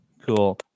Cool